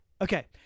Okay